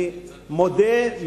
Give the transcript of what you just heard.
אני מודה,